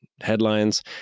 headlines